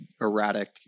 erratic